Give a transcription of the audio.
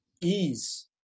ease